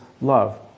love